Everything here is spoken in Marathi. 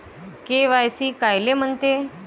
के.वाय.सी कायले म्हनते?